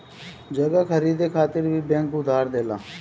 जगह खरीदे खातिर भी बैंक उधार देला